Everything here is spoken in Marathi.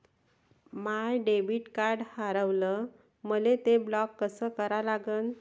माय डेबिट कार्ड हारवलं, मले ते ब्लॉक कस करा लागन?